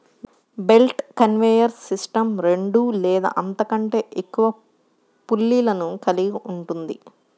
belt conveyor system రెండు లేదా అంతకంటే ఎక్కువ పుల్లీలను కలిగి ఉంటుంది